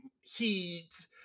Heat